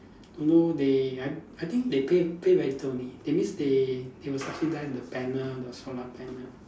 don't know they I I think they pay pay rental only that means they they will subsidise the panel the solar panel